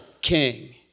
king